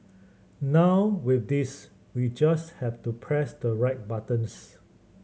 now with this we just have to press the right buttons